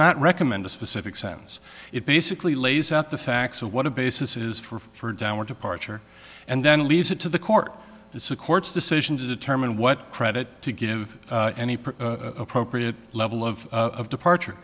not recommend a specific sense it basically lays out the facts of what a basis is for downward departure and then leaves it to the court it's a court's decision to determine what credit to give any appropriate level of departure